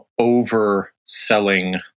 overselling